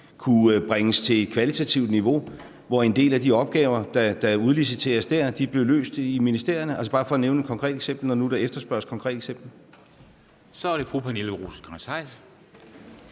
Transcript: kunne bringes til et kvalitativt niveau, så en del af de opgaver, der er udliciteret der, bliver løst i ministerierne. Det er bare for at nævne et konkret eksempel, når nu der bliver efterspurgt konkrete eksempler. Kl. 22:43 Første næstformand